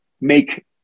make